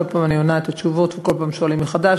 כל פעם אני עונה את התשובות וכל פעם שואלים מחדש.